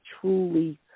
truly